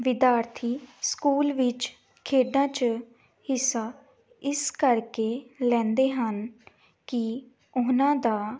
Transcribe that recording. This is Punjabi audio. ਵਿਦਿਆਰਥੀ ਸਕੂਲ ਵਿੱਚ ਖੇਡਾਂ 'ਚ ਹਿੱਸਾ ਇਸ ਕਰਕੇ ਲੈਂਦੇ ਹਨ ਕਿ ਉਹਨਾਂ ਦਾ